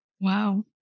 Wow